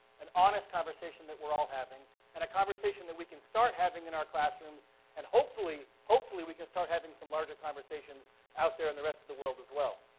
an honest conversation that we're all having and a conversation that we can start having in our classrooms and hopefully hopefully we can start having some larger conversations out there in the rest of the world as well.